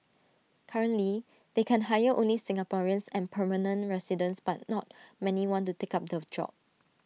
currently they can hire only Singaporeans and permanent residents but not many want to take up the job